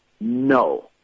no